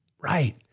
Right